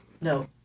No